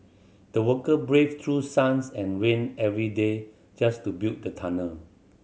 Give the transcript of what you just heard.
the worker braved through suns and rain every day just to build the tunnel